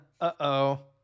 Uh-oh